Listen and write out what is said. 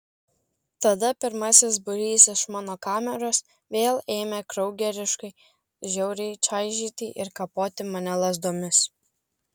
tada pirmasis būrys iš mano kameros vėl ėmė kraugeriškai žiauriai čaižyti ir kapoti mane lazdomis